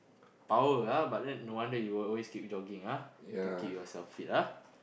power ah but then no wander you will always keep jogging ah to keep yourself fit ah